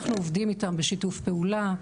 אנחנו עובדים איתם בשיתוף פעולה,